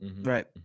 Right